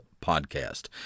podcast